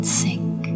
sink